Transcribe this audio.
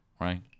Right